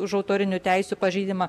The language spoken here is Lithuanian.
už autorinių teisių pažeidimą